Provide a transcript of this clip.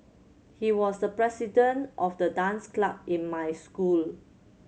he was the president of the dance club in my school